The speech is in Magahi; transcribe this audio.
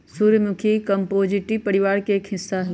सूर्यमुखी कंपोजीटी परिवार के एक हिस्सा हई